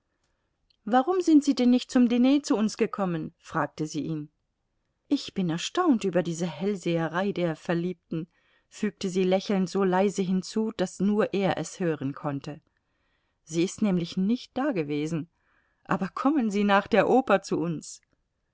warum sind sie denn nicht zum diner zu uns gekommen fragte sie ihn ich bin erstaunt über diese hellseherei der verliebten fügte sie lächelnd so leise hinzu daß nur er es hören konnte sie ist nämlich nicht da gewesen aber kommen sie nach der oper zu uns